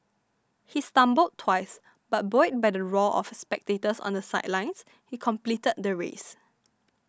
he stumbled twice but buoyed by the roar of spectators on the sidelines he completed the race